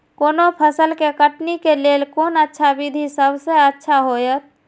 कोनो फसल के कटनी के लेल कोन अच्छा विधि सबसँ अच्छा होयत?